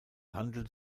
handelt